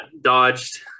dodged